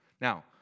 Now